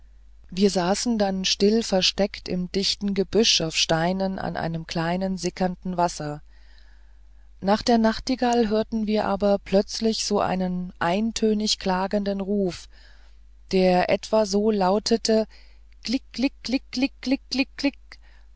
wir saßen dann still versteckt im dichten gebüsch auf steinen an einem kleinen sickernden wasser nach der nachtigall hörten wir aber plötzlich so einen eintönigen klagenden ruf der etwa so lautete gligligligligliglick